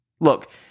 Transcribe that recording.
Look